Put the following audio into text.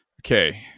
okay